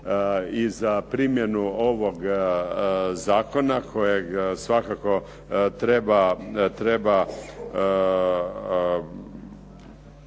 i za primjenu ovog zakona kojeg svakako treba